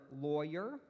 lawyer